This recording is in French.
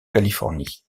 californie